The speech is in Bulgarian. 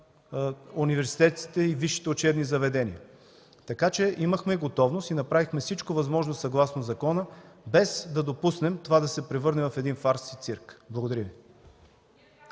народния представител Павел Шопов.) Така че имахме готовност и направихме всичко възможно, съгласно закона, без да допуснем това да се превърне в един фарс и цирк. Благодаря Ви.